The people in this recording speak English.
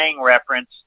reference